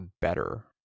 better